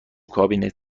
کابینت